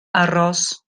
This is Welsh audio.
aros